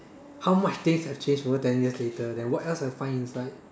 how much things have changed over ten years later then what else I find inside